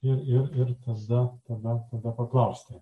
ir ir tada tada paklausti